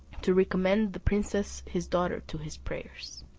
to recommend the princess his daughter to his prayers.